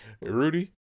Rudy